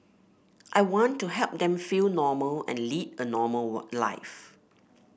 I want to help them feel normal and lead a normal war life